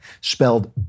Spelled